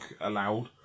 Allowed